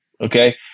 Okay